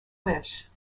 wish